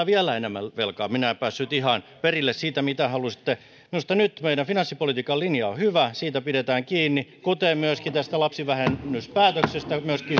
vielä enemmän velkaa minä en päässyt ihan perille siitä mitä halusitte minusta meidän finanssipolitiikkamme linja on nyt hyvä siitä pidetään kiinni kuten myöskin tästä lapsivähennyspäätöksestä